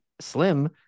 Slim